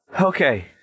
Okay